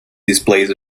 displays